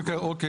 אוקיי.